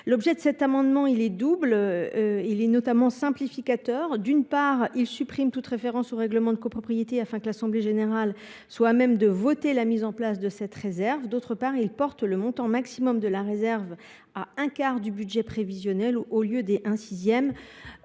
L’objet de cet amendement est double. D’une part, à des fins de simplification, il vise à supprimer toute référence au règlement de copropriété, afin que l’assemblée générale soit à même de voter la mise en place de cette réserve. D’autre part, il tend à porter le montant maximum de la réserve à un quart du budget prévisionnel, et non à un sixième,